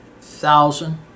thousand